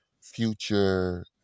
future